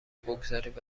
بگذارید